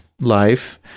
life